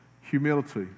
Humility